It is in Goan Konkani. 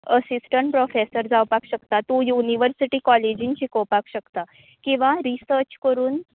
असिस्टंट प्रॉफेसर जावपाक शकता तूं युनिवर्सिटीन कॉलेजीन शिकोवपाक शकता किंवां रिसर्च करून